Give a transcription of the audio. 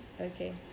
Okay